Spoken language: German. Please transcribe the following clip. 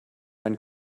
ein